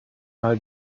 mal